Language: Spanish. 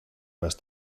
más